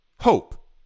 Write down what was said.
hope